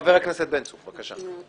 חבר הכנסת בן צור, בבקשה.